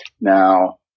Now